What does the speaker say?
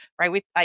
right